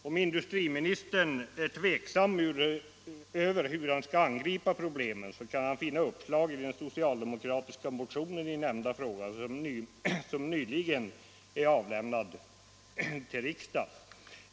Om industriministern är tveksam hur han skall angripa problemet kan han finna uppslag i den socialdemokratiska motion i nämnda fråga som nyligen avlämnats till riksdagen.